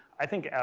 i think,